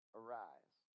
arise